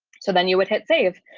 so then you would hit save,